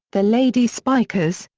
the lady spikers,